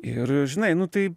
ir žinai nu tai